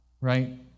right